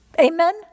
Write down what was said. Amen